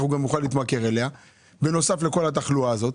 הוא יתמכר אליה בנוסף לכל התחלואה הזאת.